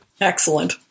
Excellent